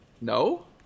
No